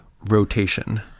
rotation